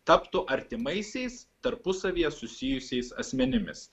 taptų artimaisiais tarpusavyje susijusiais asmenimis